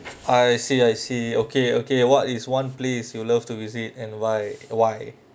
I see I see okay okay what is one place you love to visit and why why